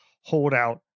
holdout